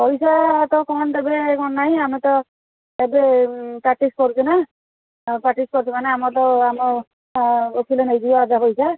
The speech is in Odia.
ପଇସା ତ କ'ଣ ଦେବେ କ'ଣ ନାଇଁ ଆମେ ତ ଏବେ ପ୍ରାକ୍ଟିସ୍ କରୁଛୁ ନା ପ୍ରାକ୍ଟିସ୍ କରୁଛୁ ମାନେ ଆମର ତ ଆମ ଓକିଲ ନେଇଯିବେ ଅଧା ପଇସା